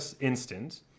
instant